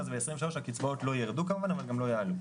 אז הקצבאות לא ירדו כמובן, אבל גם לא יעלו.